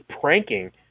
pranking